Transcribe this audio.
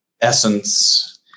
essence